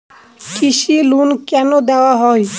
কৃষি লোন কেন দেওয়া হয়?